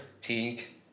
pink